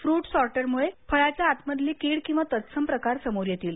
fruit सॉर्टरमुळे फळाच्या आतमधील किड किंवा तत्सम प्रकार समोर येतील